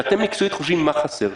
שאתם מקצועית חושבים מה חסר,